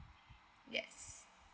yes